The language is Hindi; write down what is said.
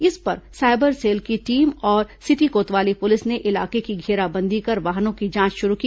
इस पर साइबर सेल की टीम और सिटी कोतवाली पुलिस ने इलाके की धेराबंदी कर वाहनों की जांच शुरू की